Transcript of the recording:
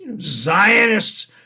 Zionists